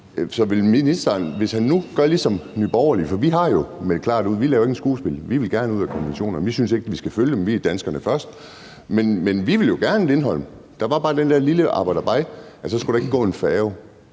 Hvis ministeren nu gør ligesom Nye Borgerlige, for vi har jo meldt klart ud – vi laver ingen skuespil – at vi gerne vil ud af konventionerne. Vi synes ikke, vi skal følge dem – vi vil danskerne først. Men vi vil jo gerne Lindholm. Der er bare det der lille aber dabei, at der så ikke skal gå en færge.